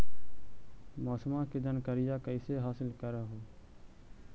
मौसमा के जनकरिया कैसे हासिल कर हू?